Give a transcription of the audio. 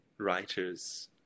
writers